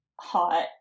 hot